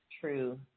true